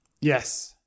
Yes